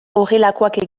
horrelakoak